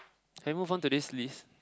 I move on to this list